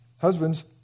husbands